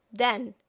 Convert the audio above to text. then,